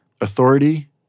authority